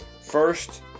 first